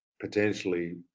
potentially